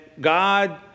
God